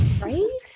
right